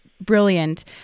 brilliant